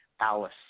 Alice